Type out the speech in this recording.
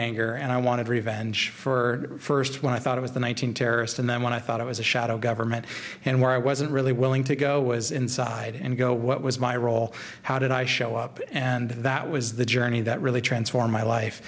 anger and i wanted revenge for first when i thought i was the one thousand terrorists and then when i thought i was a shadow government and where i wasn't really willing to go was inside and go what was my role how did i show up and that was the journey that really transformed my life